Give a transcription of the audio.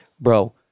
bro